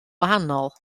wahanol